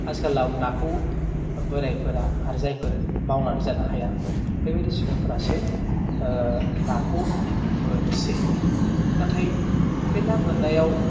आथिखालाव नाखौ बोराइफोरा आरो जायफोर मावनानै जानो हाया बेबायदि सुबुंफोरासो नाखौ बोनसै नाथाय बे ना बोननायाव